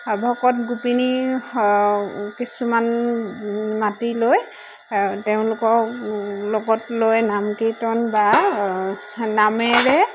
আও ভকত গোপিনী কিছুমান মাতি লৈ তেওঁলোকক লগত লৈ নামকীৰ্তন বা নামেৰে